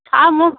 চা মোৰ